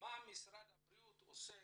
מה משרד הבריאות עושה